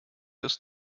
ist